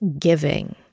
giving